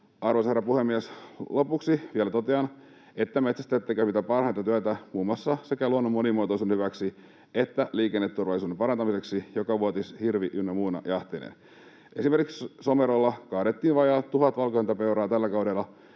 Arvoisa herra puhemies! Lopuksi vielä totean, että metsästäjät tekevät mitä parhainta työtä muun muassa sekä luonnon monimuotoisuuden hyväksi että liikenneturvallisuuden parantamiseksi jokavuotisine hirvi- ynnä muine jahteineen. Esimerkiksi Somerolla kaadettiin tällä kaudella